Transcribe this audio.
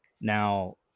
now